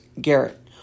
Garrett